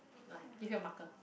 ah give you a marker